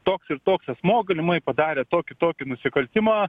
toks ir toks asmuo galimai padarė tokį tokį nusikaltimą